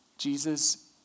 Jesus